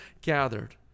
gathered